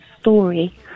story